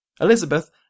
Elizabeth